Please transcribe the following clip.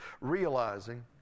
realizing